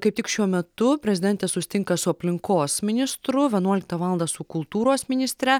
kaip tik šiuo metu prezidentė susitinka su aplinkos ministru vienuoliktą valandą su kultūros ministre